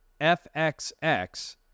FXX